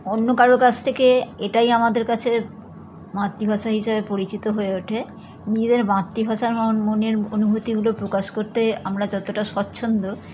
অন্য কারোর কাছ থেকে এটাই আমাদের কাছের মাতৃভাষা হিসেবে পরিচিত হয়ে ওঠে নিজের মাতৃভাষার মনের অনুভূতিগুলো প্রকাশ করতে আমরা যতটা স্বচ্ছন্দ